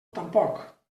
tampoc